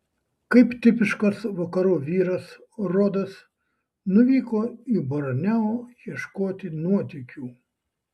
kaip tipiškas vakarų vyras rodas nuvyko į borneo ieškoti nuotykių